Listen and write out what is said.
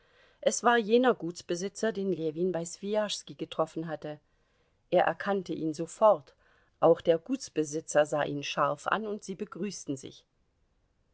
es war jener gutsbesitzer den ljewin bei swijaschski getroffen hatte er erkannte ihn sofort auch der gutsbesitzer sah ihn scharf an und sie begrüßten sich